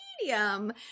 medium